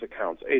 accounts